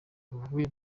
tuvuye